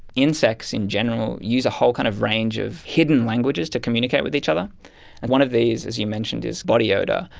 insects in general use a whole kind of range of hidden languages to communicate with each other, and one of these, as you mentioned, is body odour,